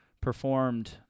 performed